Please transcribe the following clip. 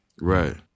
Right